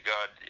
God